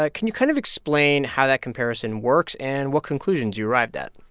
ah can you kind of explain how that comparison works and what conclusions you arrived at?